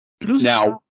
Now